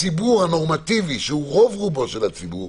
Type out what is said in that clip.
הציבור הנורמטיבי, שהוא רוב-רובו של הציבור,